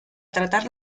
tratar